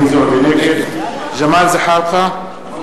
נגד ג'מאל זחאלקה,